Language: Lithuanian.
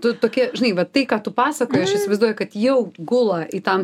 tu tokia žinai va tai ką tu pasakoji aš įsivaizduoju kad jau gula į tam